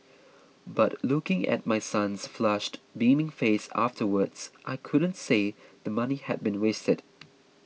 but looking at my son's flushed beaming face afterwards I couldn't say the money had been wasted